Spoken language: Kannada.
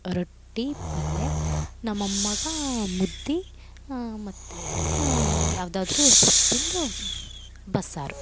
ರೊಟ್ಟಿ ಪಲ್ಯೆ ನಮ್ಮ ಅಮ್ಮಗಾ ಮುದ್ದೆ ಮತ್ತು ಯಾವುದಾದ್ರು ಸೊಪ್ಪಿಂದು ಬಸ್ಸಾರು